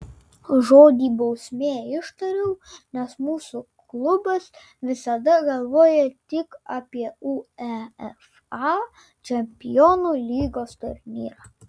žodį bausmė ištariau nes mūsų klubas visada galvoja tik apie uefa čempionų lygos turnyrą